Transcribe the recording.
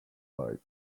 light